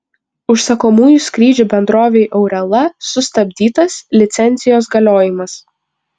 užsakomųjų skrydžių bendrovei aurela sustabdytas licencijos galiojimas